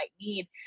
need